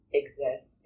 exist